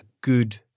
good